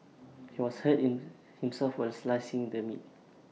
he was hurt in himself while slicing the meat